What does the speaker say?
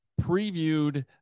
previewed